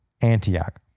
Antioch